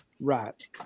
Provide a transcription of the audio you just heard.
Right